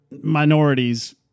minorities